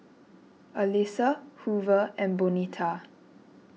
Elisa Hoover and Bonita